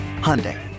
Hyundai